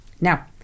Now